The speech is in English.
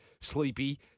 sleepy